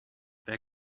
wer